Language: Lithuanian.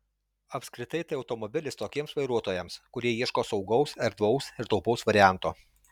apskritai tai automobilis tokiems vairuotojams kurie ieško saugaus erdvaus ir taupaus varianto